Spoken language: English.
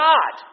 God